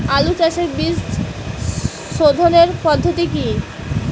আলু চাষের বীজ সোধনের পদ্ধতি কি?